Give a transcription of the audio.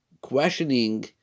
questioning